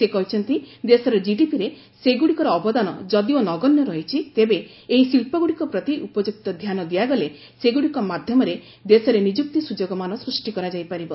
ସେ କହିଛନ୍ତି ଦେଶର ଜିଡିପିରେ ସେଗୁଡ଼ିକର ଅବଦାନ ଯଦିଓ ନଗଣ୍ୟ ରହିଛି ତେବେ ଏହି ଶିଳ୍ପଗୁଡ଼ିକ ପ୍ରତି ଉପଯୁକ୍ତ ଧ୍ୟାନ ଦିଆଗଲେ ସେଗୁଡ଼ିକ ମାଧ୍ୟମରେ ଦେଶରେ ନିଯୁକ୍ତି ସୁଯୋଗମାନ ସୃଷ୍ଟି କରାଯାଇପାରିବ